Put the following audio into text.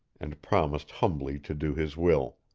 and promised humbly to do his will.